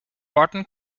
barton